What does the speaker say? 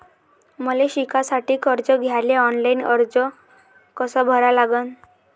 मले शिकासाठी कर्ज घ्याले ऑनलाईन अर्ज कसा भरा लागन?